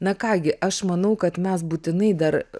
na ką gi aš manau kad mes būtinai dar